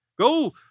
Go